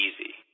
easy